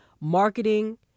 marketing